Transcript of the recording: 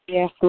Yes